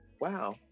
wow